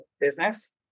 business